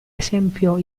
esempio